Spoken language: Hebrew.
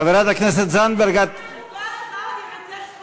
חברת הכנסת זנדברג, את,